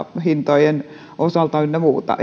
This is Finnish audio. hintojen osalta ynnä muuta